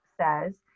says